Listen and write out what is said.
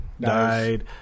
died